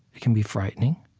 it can be frightening.